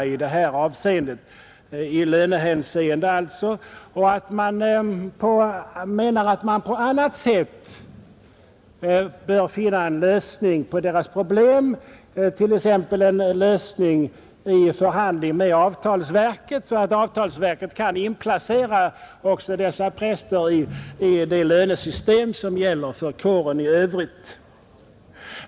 Menar utskottet att man på annat sätt bör finna en lösning av deras problem, t.ex. en lösning i förhandling med avtalsverket, så att avtalsverket kan inplacera också dessa präster i det lönesystem som gäller för kåren i övrigt?